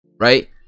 right